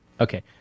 Okay